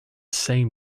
same